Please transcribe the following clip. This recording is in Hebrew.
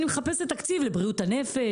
אני מחפשת תקציב לבריאות הנפש,